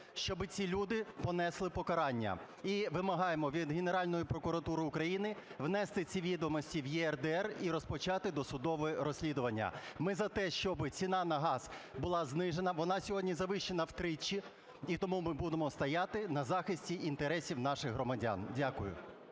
щоби ці люди понесли покарання, і вимагаємо від Генеральної прокуратури України внести ці відомості в ЄРДР і розпочати досудове розслідування. Ми за те, щоби ціна на газ була знижена, вона сьогодні завищена втричі. І тому ми будемо стояти на захисті інтересів наших громадян. Дякую.